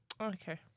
okay